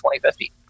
2050